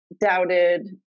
doubted